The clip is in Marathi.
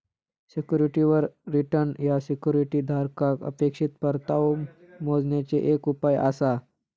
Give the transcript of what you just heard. सिक्युरिटीवर रिटर्न ह्या सिक्युरिटी धारकाक अपेक्षित परतावो मोजण्याचे एक उपाय आसा